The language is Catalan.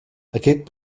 aquest